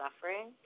suffering